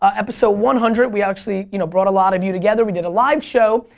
ah episode one hundred we actually you know brought a lot of you together we did a live show.